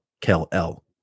Kel-L